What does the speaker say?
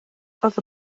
oedd